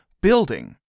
building